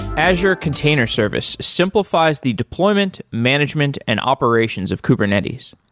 azure container service simplifies the deployment, management and operations of kubernetes.